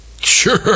Sure